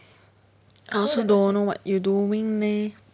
I also don't know what you doing leh